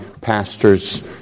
pastors